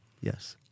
yes